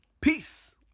Peace